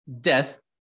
death